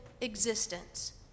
existence